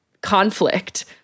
conflict